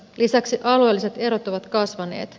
lisäksi alueelliset erot ovat kasvaneet